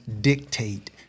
dictate